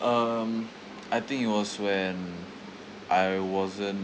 um I think it was when I wasn't